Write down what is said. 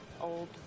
Old